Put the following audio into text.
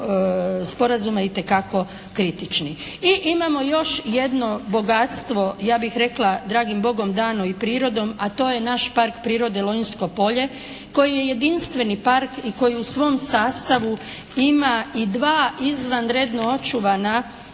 I imamo još jedno bogatstvo ja bih rekla dragim Bogom dano i prirodom, a to je naš park prirode Lonjsko polje koje je jedinstveni park i koji u svom sastavu ima i dva izvanredno očuvana